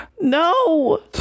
No